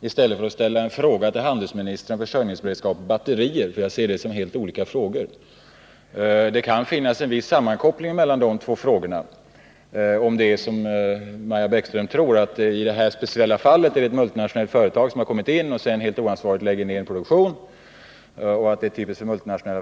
i stället för att ställa en fråga till handelsministern om försörjningsberedskapen när det gäller batterier. Jag ser det som helt olika frågor. Det kan finnas ett visst samband mellan de två frågorna, om det, som Maja Bäckström tror, är så i det här speciella fallet att det har kommit in ett multinationellt företag, som sedan helt oansvarigt lägger ned sin produktion.